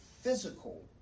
physical